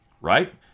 right